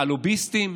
הלוביסטים.